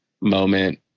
moment